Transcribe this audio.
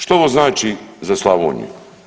Što ovo znači za Slavoniju?